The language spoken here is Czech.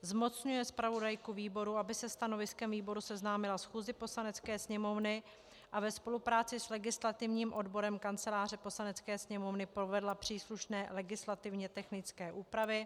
za druhé zmocňuje zpravodajku výboru, aby se stanoviskem výboru seznámila schůzi Poslanecké sněmovny a ve spolupráci s legislativním odborem Kanceláře Poslanecké sněmovny provedla příslušné legislativně technické úpravy;